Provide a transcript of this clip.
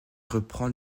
reprend